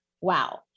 wow